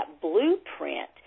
blueprint